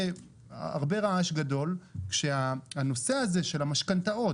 הרבה רעש גדול כשהנושא הזה של המשכנתאות